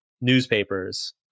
newspapers